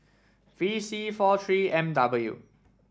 V C four three M W